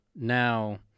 Now